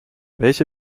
welche